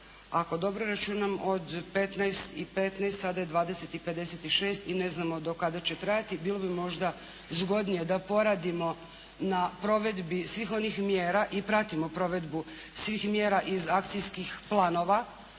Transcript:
ako dobro računam od 15 i 15, sada je 20 i 56 i ne znamo do kada će trajati. Bilo bi možda zgodnije da poradimo na provedbi svih onih mjera, i pratimo provedbu svih mjera iz akcijskih planova